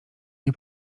nie